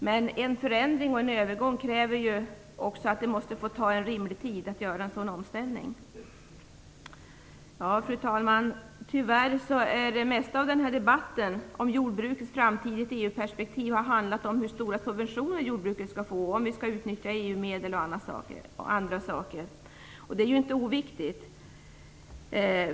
Men en förändring och en övergång kräver också att det måste få ta en rimlig tid att göra en sådan omställning. Fru talman! Tyvärr har det mesta av den här debatten om jordbrukets framtid i ett EU-perspektiv handlat om hur stora subventioner jordbruket skall få, om vi skall utnyttja EU-medel och annat. Det är ju inte oviktigt.